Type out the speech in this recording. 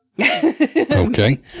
okay